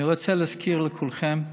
אני רוצה להזכיר לכולכם,